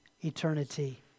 eternity